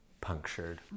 punctured